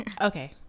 Okay